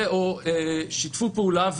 ו/או שיתפו פעולה,